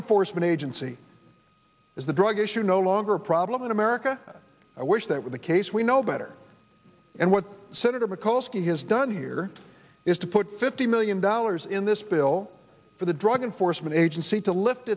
enforcement agency is the drug issue no longer a problem in america i wish that were the case we know better and what senator mikulski has done here is to put fifty million dollars in this bill for the drug enforcement agency to lift